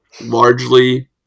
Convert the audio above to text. largely